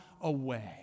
away